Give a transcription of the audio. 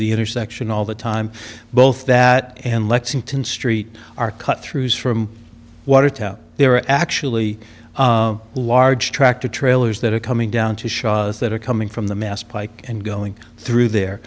the intersection all the time both that and lexington street are cut through from watertown they're actually large tractor trailers that are coming down to shots that are coming from the mass pike and going through the